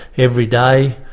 every day,